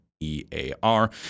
EAR